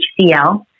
hcl